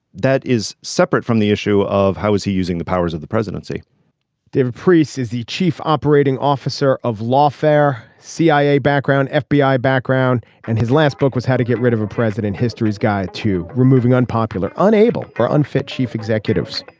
that is separate from the issue of how is he using the powers of the presidency dana priest is the chief operating officer of lawfare. cia background fbi background and his last book was how to get rid of a president history's guide to removing unpopular unable or unfit chief executives.